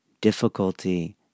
Difficulty